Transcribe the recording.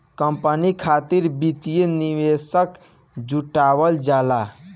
company खातिर वित्तीय निवेशक जुटावल जाला